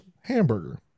hamburger